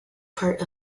part